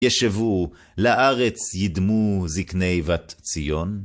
ישבו לארץ ידמו זקני בת ציון.